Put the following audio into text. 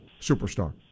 superstar